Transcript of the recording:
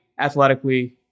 athletically